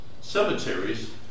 cemeteries